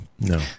no